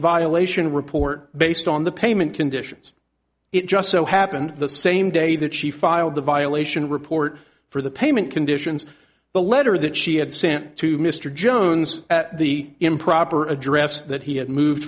violation report based on the payment conditions it just so happened the same day that she filed the violation report for the payment conditions the letter that she had sent to mr jones at the improper address that he had moved